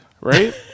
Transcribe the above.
Right